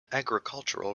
agricultural